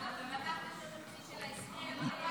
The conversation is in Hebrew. לקחתם את התקציב של ההסכם למלחמה.